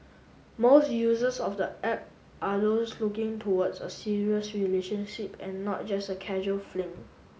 most users of the app are those looking towards a serious relationship and not just a casual fling